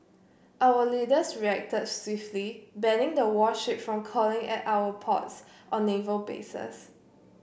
our leaders reacted swiftly banning the warship from calling at our ports or naval bases